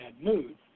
mood